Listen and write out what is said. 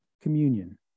communion